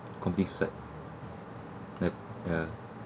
committing suicide yup ya